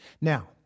Now